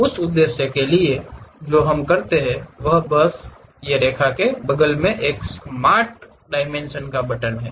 उस उद्देश्य के लिए जो हम करते हैं वह बस है रेखा के बगल में एक बटन स्मार्ट डायमेंशन का है